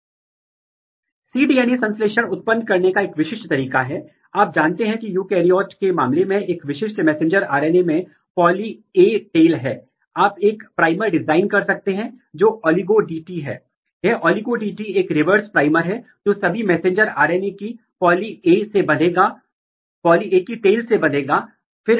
उदाहरण के लिए यदि आप AP1 और SEPALLATA3 AP3 PI देखते हैं तो आप अगली कक्षा में अध्ययन करेंगे की वे बहुत महत्वपूर्ण जीन हैं जो अरेबिडोप्सिस और SEU S E U में पुष्प अंग विकास को रेगुलेट कर रहे हैं यह एक और जीन है जो महत्वपूर्ण है और यहां उनके पास क्या है यह जांचने की कोशिश की गई कि SEU इन ABC जीनों के साथ इंटरेक्ट कर रहा है या नहीं